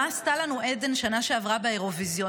מה עשתה לנו עדן בשנה שעברה באירוויזיון.